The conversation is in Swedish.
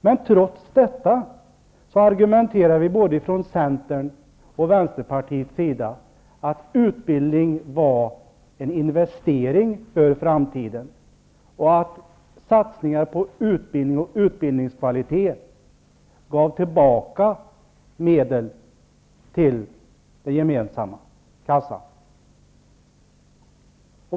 Men trots detta argumenterade vi både från Centern och från Vänsterpartiet för att utbildning var en investering för framtiden och att satsningar på utbildning och utbildningskvalitet gav tillbaka medel till den gemensamma kassan.